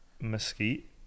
Mesquite